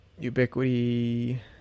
ubiquity